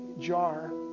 jar